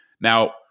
Now